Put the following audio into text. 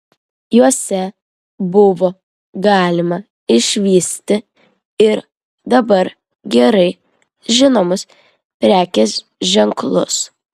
jose buvo galima išvysti ir dabar gerai žinomus prekės ženklus